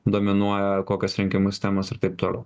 dominuoja kokios rinkimų sistemos ir taip toliau